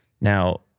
Now